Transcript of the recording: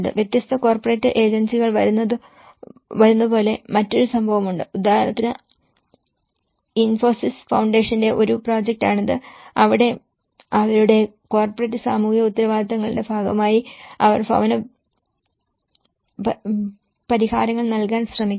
വ്യത്യസ്ത കോർപ്പറേറ്റ് ഏജൻസികൾ വരുന്നതു പോലെ മറ്റൊരു സംഭവമുണ്ട് ഉദാഹരണത്തിന് ഇൻഫോസിസ് ഫൌണ്ടേഷന്റെ ഒരു പ്രോജക്റ്റാണിത് അവിടെ അവരുടെ കോർപ്പറേറ്റ് സാമൂഹിക ഉത്തരവാദിത്തങ്ങളുടെ ഭാഗമായി അവർ ഭവന പരിഹാരങ്ങൾ നല്കാൻ ശ്രമിക്കുന്നു